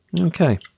Okay